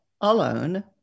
alone